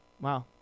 wow